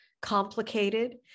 complicated